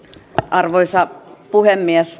arvoisa puhemies